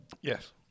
yes